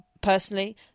Personally